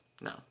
No